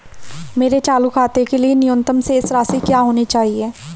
मेरे चालू खाते के लिए न्यूनतम शेष राशि क्या होनी चाहिए?